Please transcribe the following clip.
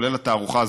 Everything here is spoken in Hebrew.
כולל התערוכה.